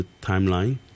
timeline